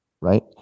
Right